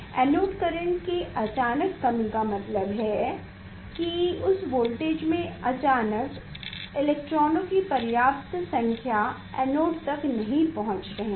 anode current के अचानक कमी का मतलब है कि उस वोल्टेज में अचानक इलेक्ट्रॉनों की पर्याप्त संख्या एनोड तक नहीं पहुंच रहे हैं